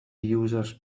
users